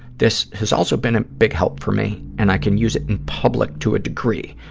this has also been a big help for me, and i can use it in public to a degree,